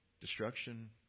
Destruction